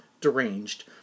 deranged